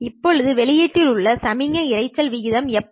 இப்போது வெளியீட்டில் உள்ள சமிக்ஞை டு இரைச்சல் விகிதம் எப்படி